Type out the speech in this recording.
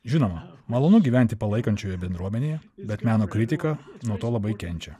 žinoma malonu gyventi palaikančioje bendruomenėje bet meno kritika nuo to labai kenčia